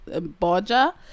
Borgia